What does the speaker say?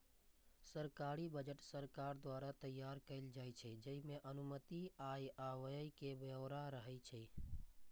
सरकारी बजट सरकार द्वारा तैयार कैल जाइ छै, जइमे अनुमानित आय आ व्यय के ब्यौरा रहै छै